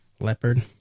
Leopard